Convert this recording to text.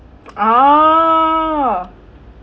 oh